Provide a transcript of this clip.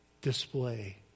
display